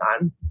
on